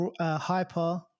hyper